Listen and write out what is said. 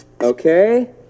Okay